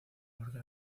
marca